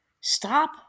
stop